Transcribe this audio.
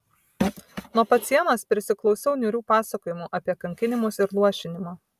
nuo pat sienos prisiklausiau niūrių pasakojimų apie kankinimus ir luošinimą